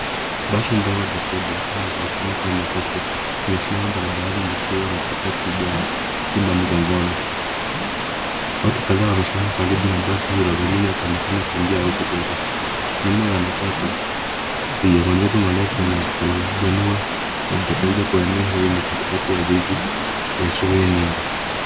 Basi ndogo jekundu linalojulikana kama matatu. Limesimama barabarani na likiwa na picha kubwa ya simba mgongoni. Watu kadhaa wamekusanyika karibu na basi hilo, wengi wao wanaonekana wakiingia au kutoka. Nyuma ya matatu hiyo majengo refu linalojitokeza kwa urahisi. Hii inaonyesha kuwa eneo hili liko katikati ya jiji, na kuna shughuli nyingi.